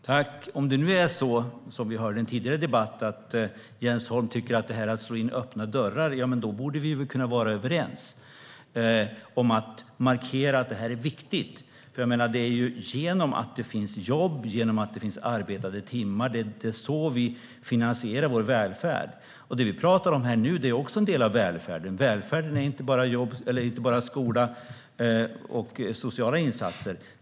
Herr talman! Om det nu är så som vi hörde i en tidigare debatt, att Jens Holm tycker att detta är att slå in öppna dörrar, då borde vi kunna vara överens om att markera att detta är viktigt. Det är genom att det finns jobb och genom att det finns arbetade timmar som vi finansierar vår välfärd. Det vi pratar om nu är också en del av välfärden. Välfärden är inte bara skola och sociala insatser.